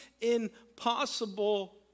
impossible